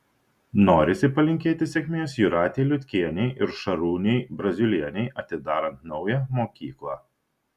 norisi palinkėti sėkmės jūratei liutkienei ir šarūnei braziulienei atidarant naują mokyklą